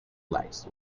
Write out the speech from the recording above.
lights